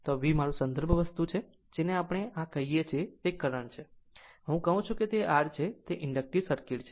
તો V મારી સંદર્ભ વસ્તુ છે અને જેને આપણે આ કહીએ છીએ તે કરંટ છે હું કહું છું કે તે R છે તે ઇન્ડકટીવ સર્કિટ છે